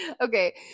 okay